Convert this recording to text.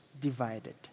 divided